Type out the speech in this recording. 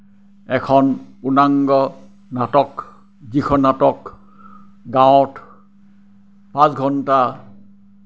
এখন পূৰ্ণাংগ নাটক যিখন নাটক গাঁৱত পাঁচ ঘণ্টা